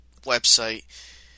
website